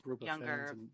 younger